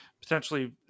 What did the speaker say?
Potentially